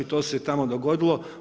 I to se tamo dogodilo.